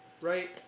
Right